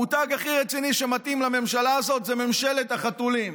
המותג הכי רציני שמתאים לממשלה הזאת זה "ממשלת החתולים".